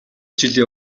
жилийн